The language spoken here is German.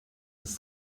ist